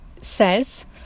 says